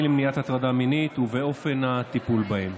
למניעת הטרדה מינית ואופן הטיפול בהן.